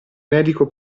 medico